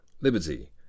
Liberty